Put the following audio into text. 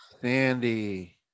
Sandy